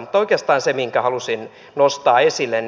mutta oikeastaan se minkä halusin nostaa esille